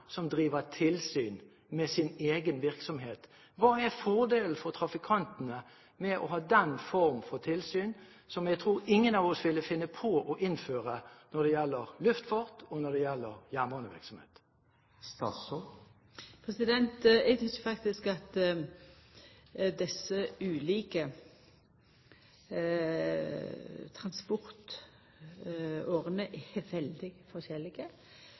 som driver tilsyn med sin egen virksomhet? Hva er fordelen for trafikantene med den formen for tilsyn, som jeg ikke tror noen av oss ville finne på å innføre når det gjelder luftfart, og når det gjelder jernbanevirksomhet? Eg tykkjer faktisk at desse ulike transportårene er veldig forskjellige.